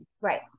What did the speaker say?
Right